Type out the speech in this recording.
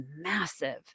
massive